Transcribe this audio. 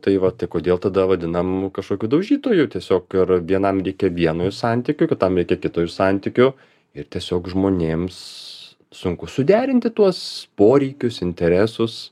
tai va tai kodėl tada vadinam kažkokiu daužytoju tiesiog ir vienam reikia vieno iš santykių kitam reikia kito iš santykių ir tiesiog žmonėms sunku suderinti tuos poreikius interesus